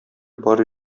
бар